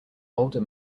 older